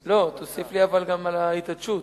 לא, אבל תוסיף לי גם על ההתעטשות,